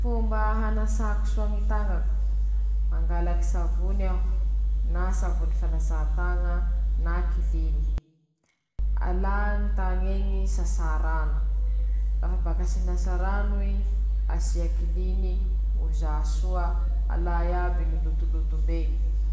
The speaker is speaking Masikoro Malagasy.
Ñy fomba fanampaha hoho, mba tsy hamparatsy ñy fampiasa ñy kopongla, kopongla eo tsotra ñy fangala hoho aminy ro tsy manahira, ary tsy mamparatsy an-teña koa.